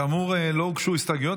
כאמור, לא הוגשו הסתייגויות.